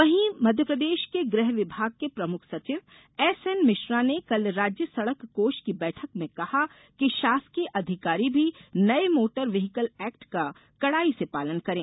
वहीं मध्यप्रदेश के गृह विभाग के प्रमुख सचिव गृह एसएन मिश्रा ने कल राज्य सड़क कोष की बैठक में कहा कि शासकीय अधिकारी भी नये मोटर व्हीकल एक्ट का कडाई से पालन करें